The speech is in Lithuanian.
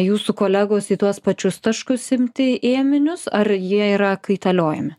jūsų kolegos į tuos pačius taškus imti ėminius ar jie yra kaitaliojami